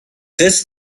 this